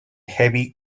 heavy